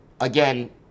again